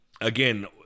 again